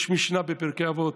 יש משנה בפרקי אבות: